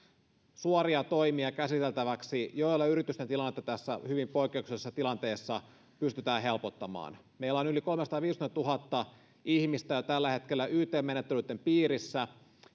suoria toimia joilla yritysten tilannetta tässä hyvin poikkeuksellisessa tilanteessa pystytään helpottamaan meillä on yli kolmesataaviisikymmentätuhatta ihmistä jo tällä hetkellä yt menettelyitten piirissä